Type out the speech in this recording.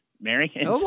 Mary